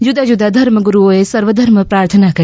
જુદા જુદા ધર્મગુરૂઓએ સર્વધર્મ પ્રાર્થના કરી